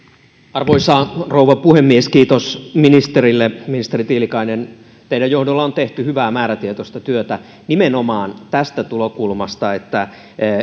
arvoisa rouva puhemies kiitos ministerille ministeri tiilikainen teidän johdollanne on tehty hyvää määrätietoista työtä nimenomaan tästä tulokulmasta että